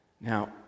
Now